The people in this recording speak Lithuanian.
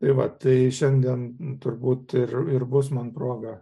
ir va tai šiandien turbūt ir ir bus man proga